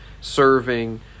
serving